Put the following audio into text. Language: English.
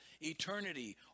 eternity